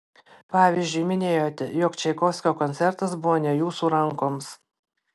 pavyzdžiui minėjote jog čaikovskio koncertas buvo ne jūsų rankoms